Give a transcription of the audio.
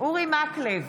אורי מקלב,